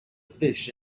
fish